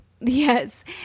Yes